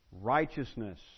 righteousness